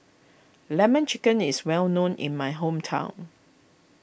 Lemon Chicken is well known in my hometown